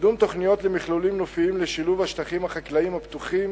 קידום תוכניות למכלולים נופיים בשילוב השטחים החקלאיים הפתוחים